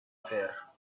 faire